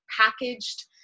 packaged